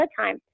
time